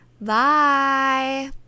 Bye